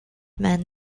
men